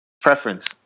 preference